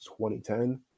2010